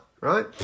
right